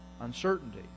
Uncertainty